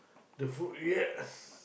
the food yet